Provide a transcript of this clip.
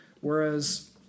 Whereas